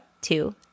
two